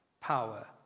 power